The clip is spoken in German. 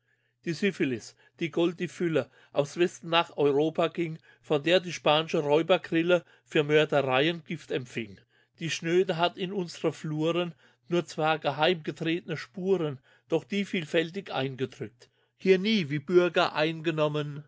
die syphilis die gold die fülle aus westen nach europa ging von der die spansche räubergrille für mördereien gift empfing die schnöde hat in unsre fluren nur zwar geheim getretne spuren doch die vielfältig eingedrückt hier wir wie bürger eingenommen